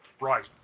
Right